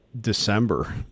december